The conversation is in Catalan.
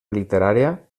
literària